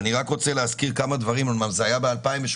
אני רק רוצה להזכיר כמה דברים אומנם זה היה ב-2018,